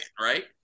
right